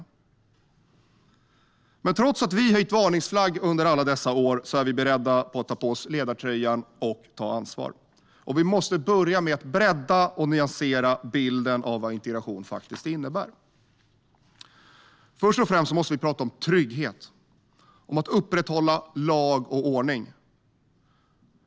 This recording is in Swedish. Trots att Sverigedemokraterna har höjt varningsflagg under alla dessa år är vi beredda att ta på oss ledartröjan och ta ansvar. Vi måste börja med att bredda och nyansera bilden av vad integration faktiskt innebär. Först och främst måste vi prata om trygghet, om att upprätthålla lag och ordning.